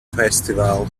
festival